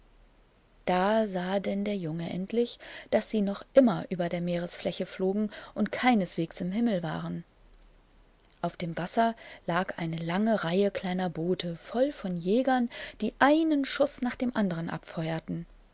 da sah denn der junge endlich daß sie noch immer über der meeresfläche flogen und keineswegs im himmel waren auf dem wasser lag eine lange reihe kleiner boote voll von jägern die einen schuß nach dem andern abfeuerten